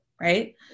Right